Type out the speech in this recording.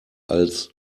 als